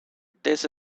this